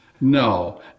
no